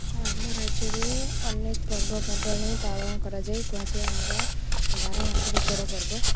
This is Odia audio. ଆମ ରାଜ୍ୟରେ ଅନେକ ପର୍ବପର୍ବାଣି ପାଳନ କରାଯାଏ କୁହାଯାଏ ଆମର ବାର ମାସରେ ତେର ପର୍ବ